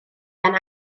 gan